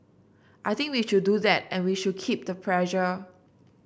I think we should do that and we should keep the pressure